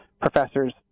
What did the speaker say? professors